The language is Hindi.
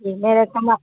जी मेरे समा